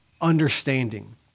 understanding